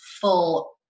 full